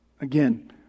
Again